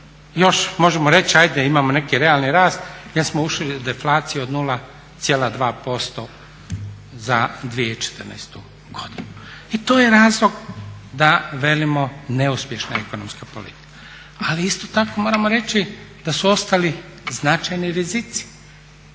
Još možemo reći ajde imamo neki realni rast jer smo ušli u deflaciju od 0,2% za 2014. godinu. I to je razlog da velimo neuspješna ekonomska politika. Ali isto tako moramo reći da su ostali značajni rizici.